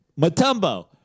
Matumbo